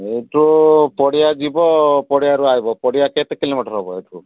ଏଇଠୁ ପଡ଼ିଆ ଯିବ ପଡ଼ିଆରୁ ଆଇବ ପଡ଼ିଆ କେତେ କିଲୋମିଟର୍ ହେବ ଏଠୁ